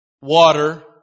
water